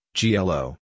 GLO